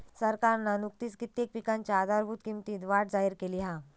सरकारना नुकतीच कित्येक पिकांच्या आधारभूत किंमतीत वाढ जाहिर केली हा